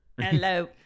Hello